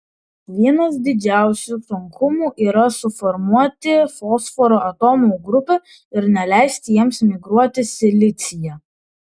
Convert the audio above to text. vienas didžiausių sunkumų yra suformuoti fosforo atomų grupę ir neleisti jiems migruoti silicyje